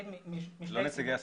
הם לא נציגי הסיעות.